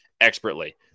expertly